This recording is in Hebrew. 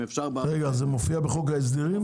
אם אפשר -- זה מופיע בחוק ההסדרים?